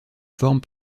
forme